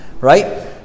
right